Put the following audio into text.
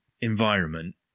environment